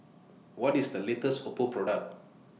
What IS The latest Oppo Product